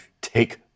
take